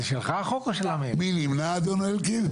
מי נמנע, אדון אלקין?